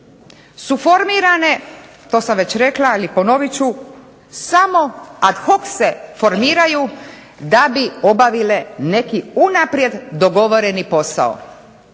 su formirane to sam već rekla, ali ponovit ću samo ad hoc se formiraju da bi obavile neki unaprijed dogovoreni posao.